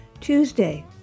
Tuesday